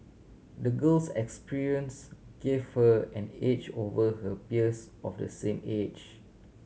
the girl's experience gave her an edge over her peers of the same age